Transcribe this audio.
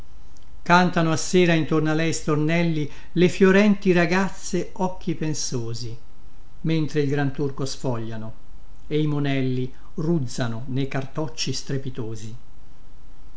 cantano a sera intorno a lei stornelli le fiorenti ragazze occhi pensosi mentre il granturco sfogliano e i monelli ruzzano nei cartocci strepitosi